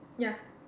ya